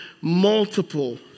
multiple